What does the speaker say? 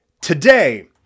today